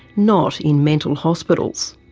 not in mental hospitals.